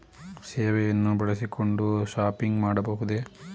ಸೇವೆಯನ್ನು ಬಳಸಿಕೊಂಡು ಶಾಪಿಂಗ್ ಮಾಡಬಹುದೇ?